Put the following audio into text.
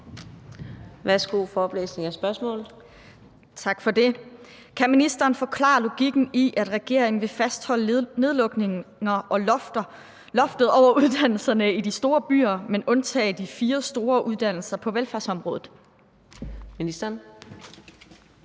Kan ministeren forklare logikken i, at regeringen vil fastholde nedlukninger og loftet over uddannelserne i de store byer, men undtage de fire store uddannelser på velfærdsområdet?